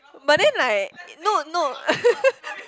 but then like no no